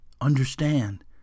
understand